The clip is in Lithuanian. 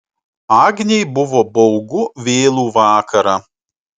agnei buvo baugu vėlų vakarą